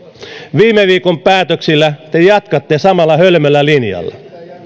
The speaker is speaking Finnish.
viime viikon päätöksillä te jatkatte samalla hölmöllä linjalla